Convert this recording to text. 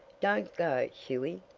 don't go, hughie!